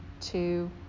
two